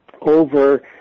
over